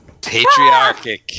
Patriarchic